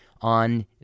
on